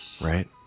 right